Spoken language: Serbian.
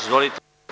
Izvolite.